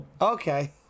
Okay